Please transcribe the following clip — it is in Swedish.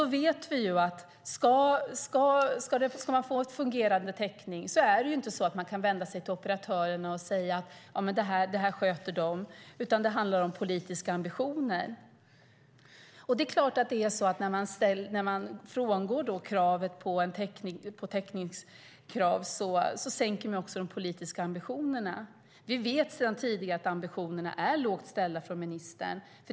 Vi vet ju att ska man få fungerande täckning är det inte så att man kan vända sig till operatörerna och säga att det här sköter ni, utan det handlar om politiska ambitioner. Det är klart att det är så att när man frångår kravet på täckning sänker man också de politiska ambitionerna. Vi vet sedan tidigare att ambitionerna är lågt ställda för ministern.